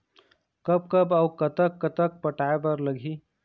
कब कब अऊ कतक कतक पटाए बर लगही